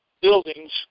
buildings